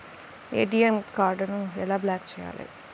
ATM కార్డుని ఎలా block చేయాలి?